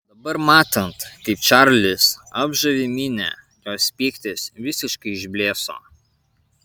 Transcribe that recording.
dabar matant kaip čarlis apžavi minią jos pyktis visiškai išblėso